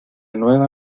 nueva